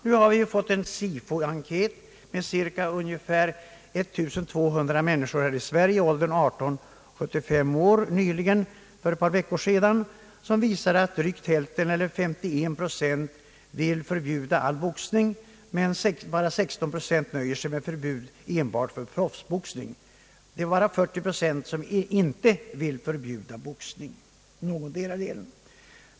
En SIFO-enkät, som omfattade cirka 1200 personer här i landet i åldern 18— 75 år och som gjordes för ett par veckor sedan, visar att drygt hälften eller 51 procent vill förbjuda all boxning, medan 16 procent nöjer sig med förbud enbart för proffsboxning. Det är bara 40 procent, som inte vill förbjuda boxning i någondera formen.